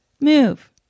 move